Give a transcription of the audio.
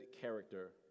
character